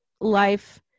life